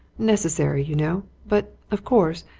necessary, you know. but, of course,